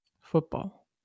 Football